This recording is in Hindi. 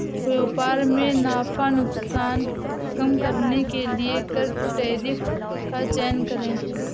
व्यापार में नफा नुकसान कम करने के लिए कर टैरिफ का चयन करे